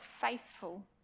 faithful